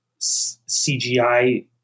cgi